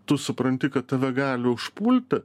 tu supranti kad tave gali užpulti